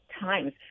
times